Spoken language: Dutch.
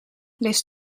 leest